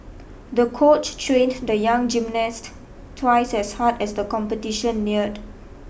the coach trained the young gymnast twice as hard as the competition neared